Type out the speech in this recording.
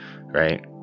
right